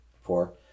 Four